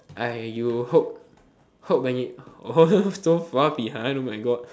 I you hope hope when it oh so far behind oh my god